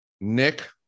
Nick